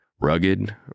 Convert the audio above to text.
Rugged